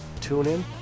TuneIn